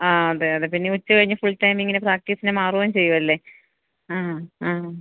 ആ അതെ അതെ പിന്നെ ഉച്ചകഴിഞ്ഞ് ഫുള് ടൈം ഇങ്ങനെ പ്രാക്റ്റീസിന് മാറുകയും ചെയ്യുകയല്ലേ ആ ആ